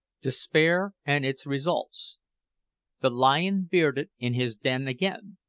despair and its results the lion bearded in his den again